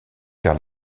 vers